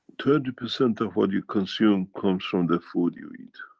twenty percent of what you consume comes from the food you eat,